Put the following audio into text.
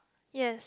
yes